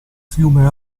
fiume